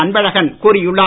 அன்பழகன் கூறியுள்ளார்